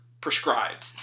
prescribed